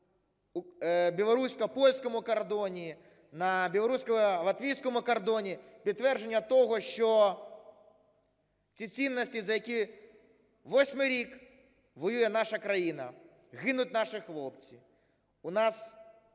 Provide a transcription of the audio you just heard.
на білорусько-польському кордоні, на білорусько-латвійському кордоні, підтвердження того, що ті цінності, за які восьмий рік воює наша країна, гинуть наші хлопці,